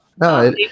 no